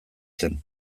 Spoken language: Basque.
zen